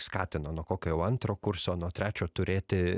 skatino nuo kokio jau antro kurso nuo trečio turėti